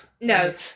No